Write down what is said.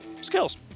skills